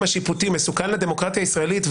השיפוטי מסוכן לדמוקרטיה הישראלית,